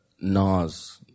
Nas